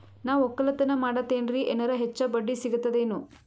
ನಾ ಒಕ್ಕಲತನ ಮಾಡತೆನ್ರಿ ಎನೆರ ಹೆಚ್ಚ ಬಡ್ಡಿ ಸಿಗತದೇನು?